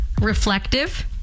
reflective